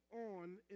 on